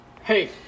Hey